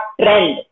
trend